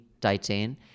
Titan